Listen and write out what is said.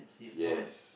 yes